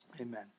Amen